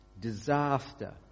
disaster